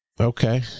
okay